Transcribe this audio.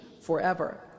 forever